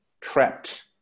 trapped